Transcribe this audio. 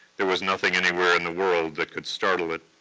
there was nothing anywhere in the world that could startle it.